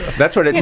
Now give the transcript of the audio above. that's what i mean